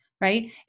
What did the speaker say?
right